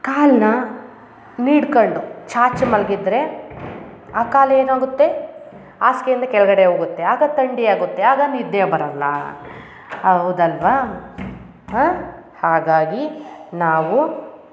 ಕಾಲನ್ನ ನೀಡ್ಕೊಂಡು ಚಾಚಿ ಮಲಗಿದ್ರೆ ಆ ಕಾಲು ಏನಾಗುತ್ತೆ ಹಾಸ್ಗೆಯಿಂದ ಕೆಳಗಡೆ ಹೋಗುತ್ತೆ ಆಗ ಥಂಡಿ ಆಗುತ್ತೆ ಆಗ ನಿದ್ದೆ ಬರಲ್ಲ ಹೌದ್ ಅಲ್ಲವಾ ಹಾಂ ಹಾಗಾಗಿ ನಾವು